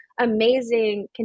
amazing